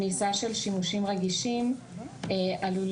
כניסה של שימושים רגישים עלולה,